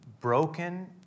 broken